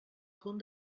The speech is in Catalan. punt